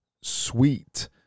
sweet